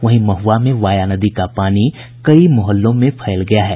वहीं महुआ में वाया नदी का पानी कई मोहल्लों में फैल गया है